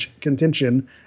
contention